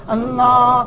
Allah